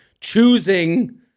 choosing